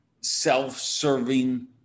self-serving